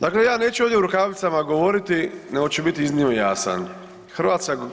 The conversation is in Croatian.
Dakle ja neću ovdje u rukavicama govoriti nego ću biti iznimno jasan.